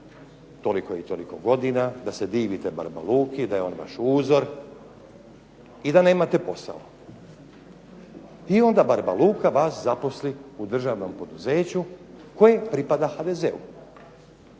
toliko i toliko godina, da se divite barba Luki i da je on vaš uzor, i da nemate posao. I onda barba Luka vas zaposli u državnom poduzeću koje pripada HDZ-u,